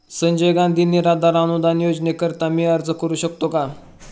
संजय गांधी निराधार अनुदान योजनेसाठी मी अर्ज करू शकतो का?